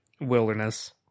wilderness